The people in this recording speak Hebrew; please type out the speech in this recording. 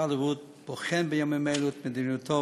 משרד הבריאות בוחן בימים אלה את מדיניותו